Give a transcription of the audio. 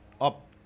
up